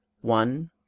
one